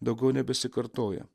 daugiau nebesikartoja